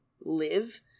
live